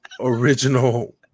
Original